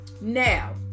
now